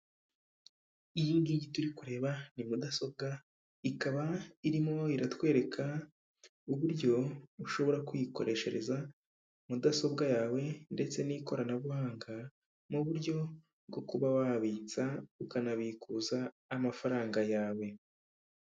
Iyi ngigi turi kureba ni mudasobwa ikaba irimo iratwereka uburyo ushobora kuyikoreshereza mudasobwa yawe ndetse n'ikoranabuhanga mu buryo bwo kuba wabitsa ukana bikuza amafaranga yawe.